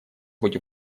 быть